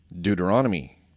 Deuteronomy